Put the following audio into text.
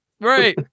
Right